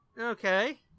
Okay